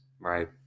right